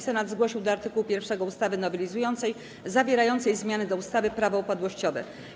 Senat zgłosił do art. 1 ustawy nowelizującej zawierającego zmiany do ustawy Prawo upadłościowe.